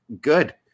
good